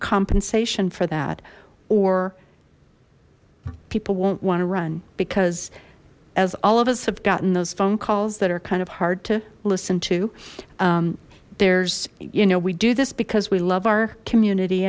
compensation for that or people won't want to run because as all of us have gotten those phone calls that are kind of hard to listen to there's you know we do this because we love our community